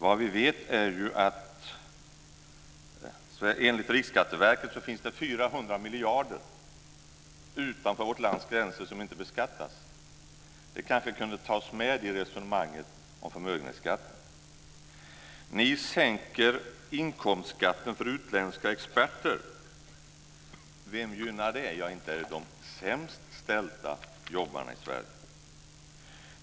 Vad vi vet är att det enligt Riksskatteverket finns 400 miljarder utanför landets gränser som inte beskattas. Det kanske kunde tas med i resonemanget om förmögenhetsskatt. Ni sänker inkomstskatten för utländska experter. Vem gynnar det? Inte är det de sämst ställda jobbarna i Sverige!